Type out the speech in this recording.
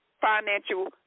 Financial